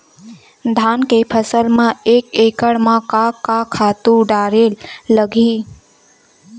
धान के फसल म एक एकड़ म का का खातु डारेल लगही?